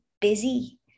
busy